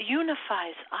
unifies